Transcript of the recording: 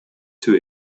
too